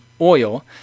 oil